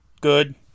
good